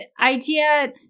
idea